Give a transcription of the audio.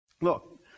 Look